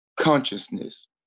consciousness